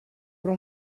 però